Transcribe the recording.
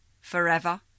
forever